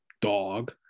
dog